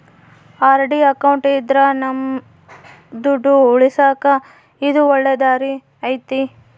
RD account ಇದ್ರ ನಮ್ ದುಡ್ಡು ಉಳಿಸಕ ಇದು ಒಳ್ಳೆ ದಾರಿ ಐತಿ